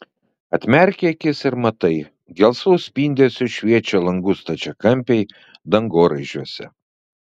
atmerki akis ir matai gelsvu spindesiu šviečia langų stačiakampiai dangoraižiuose